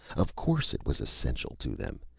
of course it was essential to them!